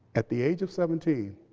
at the age of seventeen,